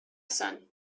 sun